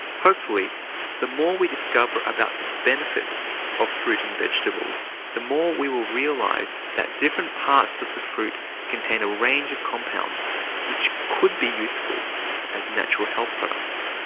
hopefully the more we discover about the benefits of fruit and vegetables, the more we will realise that different parts of the fruit contain a range of compounds which could be useful as natural health products.